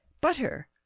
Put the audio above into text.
butter